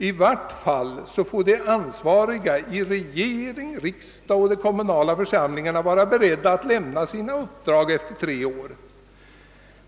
I varje fall får de ansvariga i regering, riksdag och de kommunala församlingarna vara beredda att lämna sina uppdrag efter tre år.